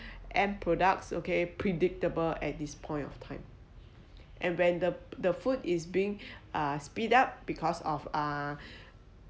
and products okay predictable at this point of time and when the the food is being uh speed up because of uh